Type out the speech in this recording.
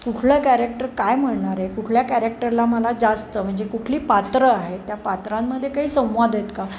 कुठलं कॅरेक्टर काय म्हणणार आहे कुठल्या कॅरेक्टरला मला जास्त म्हणजे कुठली पात्र आहे त्या पात्रांमध्ये काही संवाद आहेत का